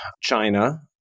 China